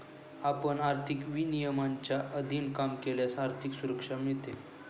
आपण आर्थिक विनियमांच्या अधीन काम केल्यास आर्थिक सुरक्षा मिळते